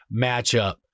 matchup